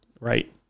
right